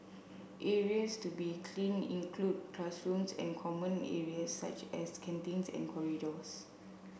areas to be cleaned include classrooms and common areas such as canteens and corridors